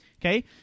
Okay